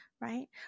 right